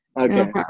Okay